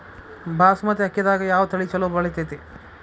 ಬಾಸುಮತಿ ಅಕ್ಕಿದಾಗ ಯಾವ ತಳಿ ಛಲೋ ಬೆಳಿತೈತಿ?